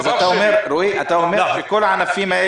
רועי, אתה אומר שכל ענפים,